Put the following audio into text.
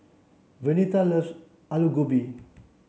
Vernita loves Aloo Gobi